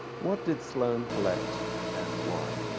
what did sloan collect and why?